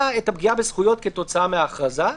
את הפגיעה בזכויות כתוצאה מההכרזה.